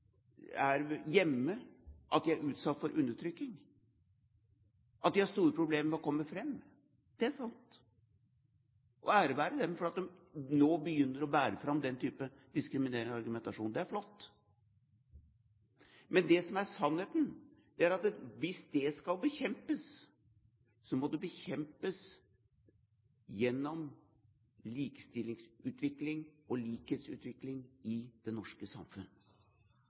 er hjemme, at de er utsatt for undertrykking, at de har store problemer med å komme fram. Det er sant. Og ære være dem for at de nå begynner å bære fram den type diskriminerende argumentasjon, det er flott! Men det som er sannheten, er at hvis det skal bekjempes, må det bekjempes gjennom likestillingsutvikling og likhetsutvikling i det norske samfunn.